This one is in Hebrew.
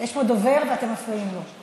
יש פה דובר, ואתם מפריעים לו.